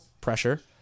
pressure